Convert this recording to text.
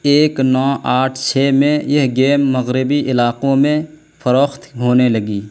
ایک نو آٹھ چھ میں یہ گیم مغربی علاقوں میں فروخت ہونے لگی